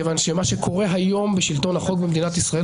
מכיוון שמה שקורה היום בשלטון החוק במדינת ישראל